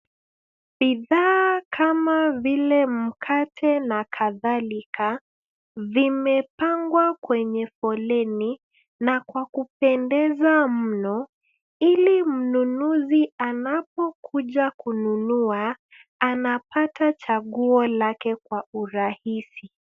Bidhaa kama vile mkate na kadhalika vimepangwa kwenye foleni na kwa kupendeza mno ili mnunuzi anapokuja kununua anapata chaguo lake kwa urahisi.